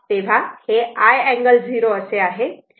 तेव्हा हे I angle 0 असे आहे